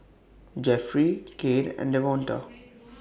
Jefferey Cade and Devonta